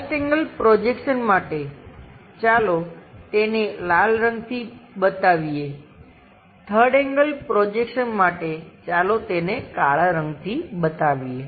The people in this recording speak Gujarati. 1st એંગલ પ્રોજેક્શન માટે ચાલો તેને લાલ રંગથી બતાવીએ 3rd એન્ગલ પ્રોજેક્શન માટે ચાલો તેને કાળા રંગથી બતાવીએ